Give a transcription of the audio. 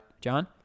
John